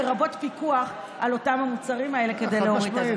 לרבות פיקוח על אותם המוצרים כדי להוריד את המחיר.